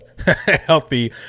healthy